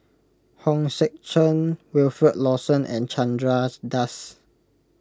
Hong Sek Chern Wilfed Lawson and Chandra Das